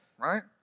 right